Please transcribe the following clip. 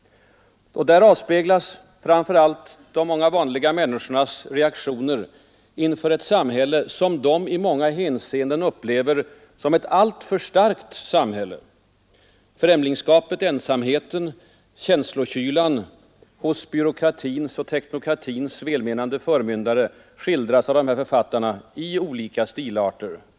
Där avspeglas framför allt de vanliga människornas reaktioner inför ett samhälle som de i många hänseenden upplever som ett alltför starkt samhälle. Främlingskapet, ensamheten och känslokylan hos byråkratins och teknokratins välmenande förmyndare skildras av dessa författare i olika stilarter.